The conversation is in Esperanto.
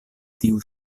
tiu